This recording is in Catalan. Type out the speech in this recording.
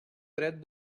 dret